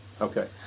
Okay